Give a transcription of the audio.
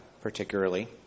particularly